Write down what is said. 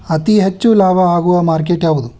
ಅತಿ ಹೆಚ್ಚು ಲಾಭ ಆಗುವ ಮಾರ್ಕೆಟ್ ಯಾವುದು?